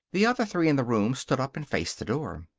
the other three in the room stood up and faced the door.